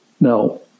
Now